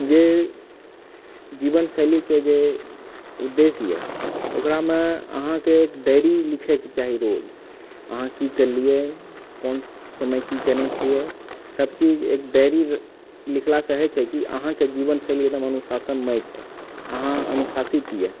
जे जीवन शैलीके जे उद्देश्य यऽ ओकरामे अहाँकेँ एक डायरी लिखएके चाही रोज अहाँ की केलियै कोन समय की कयने छियै सबचीज एक डायरी लिखलासँ होइत छै कि अहाँके जीवनशैली एकदम अनुशासनमय छै अहाँ अनुशासित यऽ